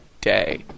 day